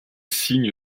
signe